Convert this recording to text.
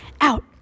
Out